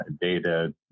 data